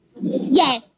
Yes